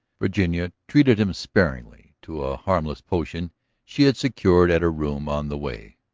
virginia treated him sparingly to a harmless potion she had secured at her room on the way,